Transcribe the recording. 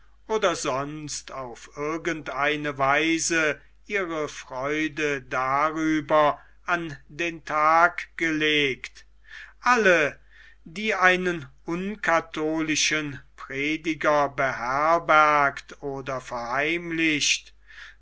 oder sonst auf irgend eine weise ihre freude darüber an den tag gelegt alle die einen unkatholischen prediger beherbergt oder verheimlicht